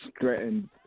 threatened